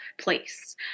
place